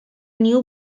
new